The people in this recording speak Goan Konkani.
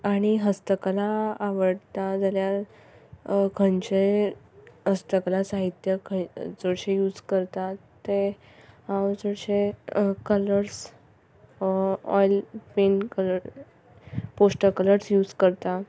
आनी हस्तकला आवडटा जाल्यार खंयचेय हस्तकला साहित्य चडशें यूज करतात ते हांव चडशे colours or oil paint colour poster colours use करतां